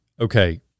okay